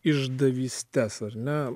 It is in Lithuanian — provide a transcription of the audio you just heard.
išdavystes ar ne